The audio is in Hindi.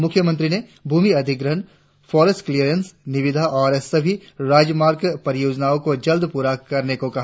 मुख्यमंत्री ने भूमि अधिग्रहण फॉरेस्ट क्लियरेंस निविदा और सभी राजमार्ग परियोजनाओं को जल्द पूरा करने को कहा